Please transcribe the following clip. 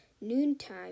noontime